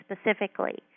specifically